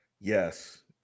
Yes